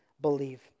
believe